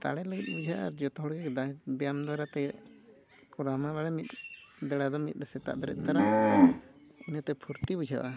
ᱫᱟᱲᱮ ᱞᱟᱹᱜᱤᱫ ᱵᱩᱡᱷᱟᱹᱜᱼᱟ ᱟᱨ ᱡᱚᱛᱚ ᱦᱚᱲ ᱜᱮ ᱵᱮᱭᱟᱢ ᱫᱟᱨᱟᱭ ᱛᱮᱜᱮ ᱠᱚᱨᱟᱣᱢᱟ ᱵᱟᱲᱮ ᱢᱤᱫ ᱵᱮᱲᱟ ᱫᱚ ᱢᱤᱫ ᱥᱮᱛᱟᱜ ᱵᱮᱨᱮᱫ ᱛᱚᱨᱟ ᱤᱱᱟᱹᱛᱮ ᱯᱷᱩᱨᱛᱤ ᱵᱩᱡᱷᱟᱹᱜᱼᱟ